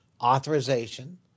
authorization